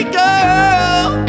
girl